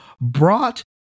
brought